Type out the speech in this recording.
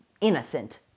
innocent